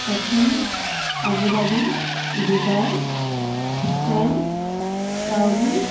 Athens Abu Dhabi Dubai France Saudi